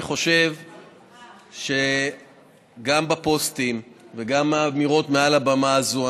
אני חושב שגם בפוסטים וגם באמירות מעל הבמה הזאת,